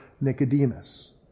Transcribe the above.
Nicodemus